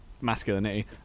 masculinity